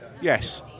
yes